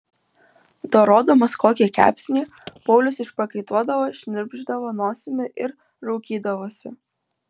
dorodamas kokį kepsnį paulius išprakaituodavo šnirpšdavo nosimi ir raukydavosi